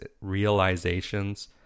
realizations